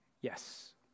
Yes